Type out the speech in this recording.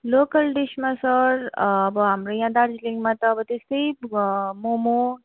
local डिसमा sir अब हाम्रो यहाँ दार्जिलिङमा त अब त्यस्तै मोमो